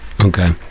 Okay